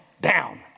down